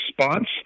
response